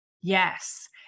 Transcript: Yes